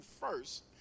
first